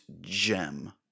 gem